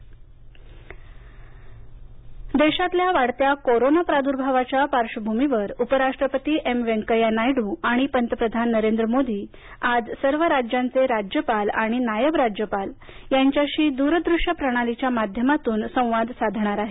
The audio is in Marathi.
नायडू संवाद देशातल्या वाढत्या कोरोना प्रादुर्भावाच्या पार्श्वभूमीवर उपराष्ट्रपती एम व्यंकय्या नायडू आणि पंतप्रधान नरेंद्र मोदी आज सर्व राज्यांचे राज्यपाल आणि नायब राज्यपाल यांच्याशी दूरदृष्य प्रणालीच्या माध्यमातून संवाद साधणार आहेत